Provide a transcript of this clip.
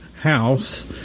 house